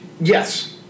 Yes